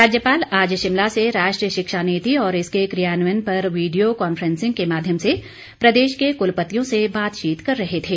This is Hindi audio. राज्यपाल आज शिमला से राष्ट्रीय शिक्षा नीति और इसके कियान्वयन पर वीडियो कांफ्रेंसिंग के माध्यम से प्रदेश के क्लपतियों से बातचीत कर रहे थे